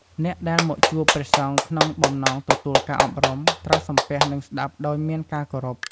អ្នកដែលមកជួបព្រះសង្ឃក្នុងបំណងទទួលការអប់រំ ត្រូវសំពះនិងស្តាប់ដោយមានការគោរព។